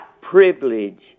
privilege